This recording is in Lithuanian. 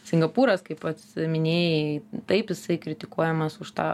singapūras kaip pats minėjai taip jisai kritikuojamas už tą